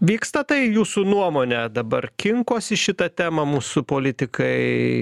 vyksta tai jūsų nuomone dabar kinkosi šitą temą mūsų politikai